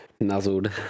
nuzzled